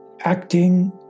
acting